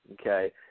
Okay